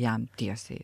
jam tiesiai